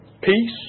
peace